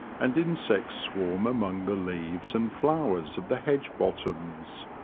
and insects swarm among the leaves and flowers of the hedge bottoms.